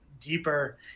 Deeper